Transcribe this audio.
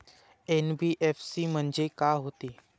NBFC म्हणजे का होते?